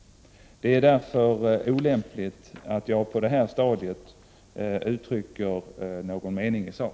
Det är därför olämpligt att jag på det här stadiet uttrycker någon mening i sak.